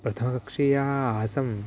प्रथमकक्षीयः आसम्